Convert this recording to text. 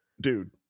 dude